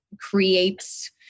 creates